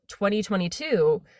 2022